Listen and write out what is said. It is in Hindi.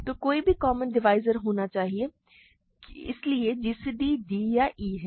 तो कोई भी कॉमन डिवाइज़र होना चाहिए इसलिए gcd d या e है